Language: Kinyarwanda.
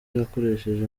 yakoresheje